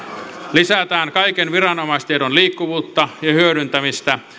lisätään kaiken viranomaistiedon liikkuvuutta ja hyödyntämistä